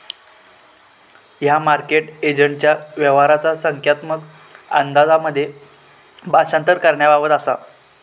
ह्या मार्केट एजंटच्या व्यवहाराचा संख्यात्मक अंदाजांमध्ये भाषांतर करण्याबाबत असा